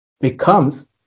becomes